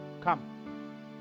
come